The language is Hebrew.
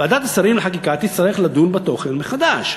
ועדת השרים לחקיקה תצטרך לדון בתוכן מחדש.